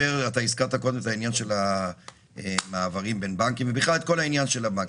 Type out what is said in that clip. הזכרת קודם את הנושא של מעברים בין בנקים ובכלל את כל העניין של הבנקים.